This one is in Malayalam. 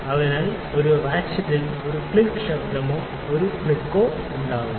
അതിനാൽ റാറ്റ്ചെറ്റിൽ ഒരു ക്ലിക്ക് ശബ്ദമോ ഒരു ക്ലിക്ക് ശബ്ദമോ ഉണ്ടാക്കുന്നു